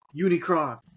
Unicron